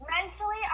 mentally